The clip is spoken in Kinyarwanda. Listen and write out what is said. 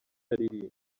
aririmba